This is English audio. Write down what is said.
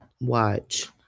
watch